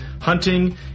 hunting